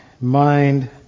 mind